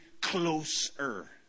closer